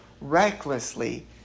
recklessly